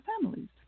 families